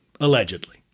Allegedly